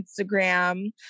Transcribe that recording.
Instagram